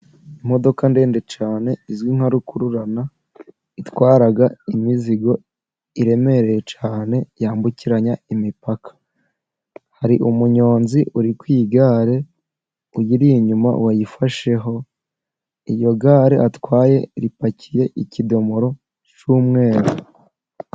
Imodoka ndende cyane izwi nka rukururana, itwara imizigo iremereye cyane yambukiranya imipaka, hari umunyonzi uri kwigare uyiri inyuma wayifasheho, iryo gare atwaye ripakiye ikidomoro cy'umweru.